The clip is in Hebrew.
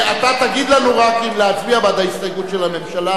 אתה תגיד לנו רק אם להצביע בעד ההסתייגות של הממשלה,